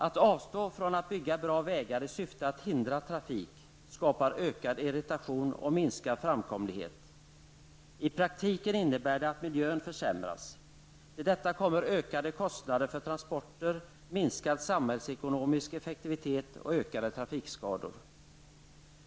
Att avstå från att bygga bra vägar i syfte att hindra trafik skapar ökad irritation och minskad framkomlighet. I praktiken innebär det att miljön försämras. Till detta kommer ökade kostnader för transporter, minskad samhällsekonomisk effektivitet och fler trafikskador.